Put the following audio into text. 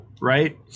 Right